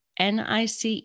NICE